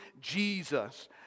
Jesus